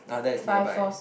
now that is nearby